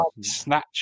snatch